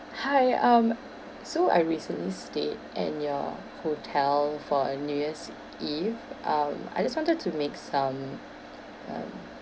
hi um so I recently stayed at your hotel for a new year's eve um I just wanted to make some um